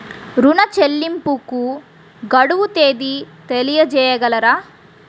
ఋణ చెల్లింపుకు గడువు తేదీ తెలియచేయగలరా?